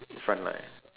frontline